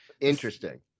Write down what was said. Interesting